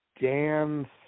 Dan